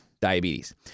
diabetes